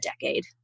decade